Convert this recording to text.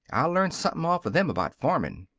i learned somethin' off them about farmin'.